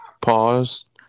Pause